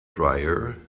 dryer